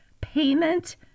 payment